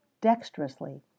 dexterously